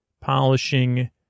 polishing